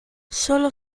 solo